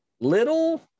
little